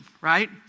right